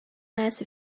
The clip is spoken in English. nice